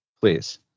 Please